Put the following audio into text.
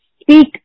speak